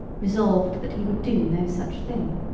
resolved that he would do no such thing.